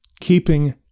keeping